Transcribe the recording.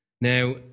Now